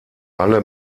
alle